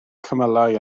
cymylau